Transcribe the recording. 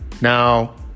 Now